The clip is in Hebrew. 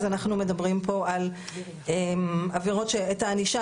אז אנחנו מדברים פה על עבירות שאת הענישה